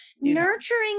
Nurturing